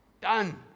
Done